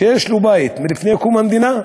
שיש לו בית מלפני קום המדינה,